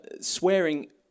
swearing